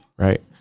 Right